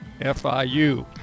FIU